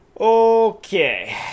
okay